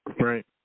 Right